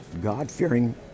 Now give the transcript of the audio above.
god-fearing